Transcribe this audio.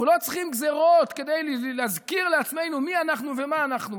אנחנו לא צריכים גזרות כדי להזכיר לעצמנו מי אנחנו ומה אנחנו.